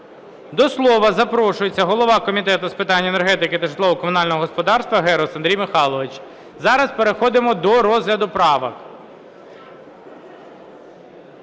До слова запрошується голова Комітету енергетики та житлово-комунального господарства Герус Андрій Михайлович. Зараз переходимо до розгляду правок.